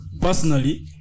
personally